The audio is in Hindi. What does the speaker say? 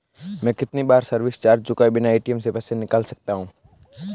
मैं कितनी बार सर्विस चार्ज चुकाए बिना ए.टी.एम से पैसे निकाल सकता हूं?